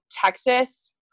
Texas